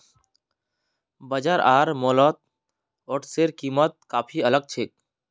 बाजार आर मॉलत ओट्सेर कीमत काफी अलग छेक